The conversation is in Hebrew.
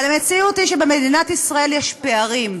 אבל המציאות היא שבמדינת ישראל יש פערים,